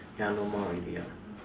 ya no more already ah